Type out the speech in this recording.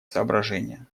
соображения